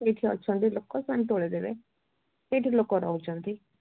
ଏଇଠି ଅଛନ୍ତି ଲୋକ ସେମାନେ ତୋଳିଦେବେ ଏଇଠି ଲୋକ ରହୁଛନ୍ତି